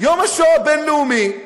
יום השואה הבין-לאומי,